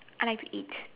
I like to eat